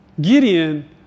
Gideon